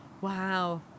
Wow